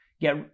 get